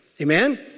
Amen